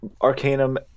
Arcanum